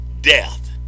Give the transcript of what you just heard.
death